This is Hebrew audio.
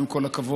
עם כל הכבוד,